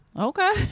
Okay